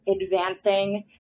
advancing